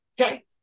Okay